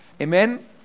amen